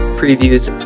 previews